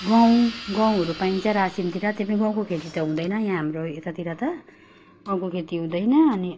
गहुँ गहुँहरू पाइन्छ रासिनतिर त्यो पनि गाउँको खेती त हुँदैन यहाँ हाम्रो यतातिर त गाउँको खेती हुँदैन अनि